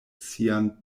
sian